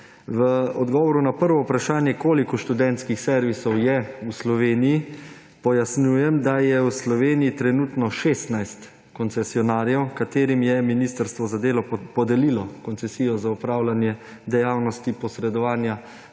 V odgovoru na prvo vprašanje, koliko študentskih servisov je v Sloveniji, pojasnjujem, da je v Sloveniji trenutno 16 koncesionarjev, ki jim je ministrstvo za delo podelilo koncesijo za opravljanje dejavnosti posredovanja